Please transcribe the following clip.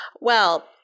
Well-